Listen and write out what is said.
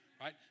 right